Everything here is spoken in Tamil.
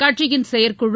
கட்சியின் செயற்குழு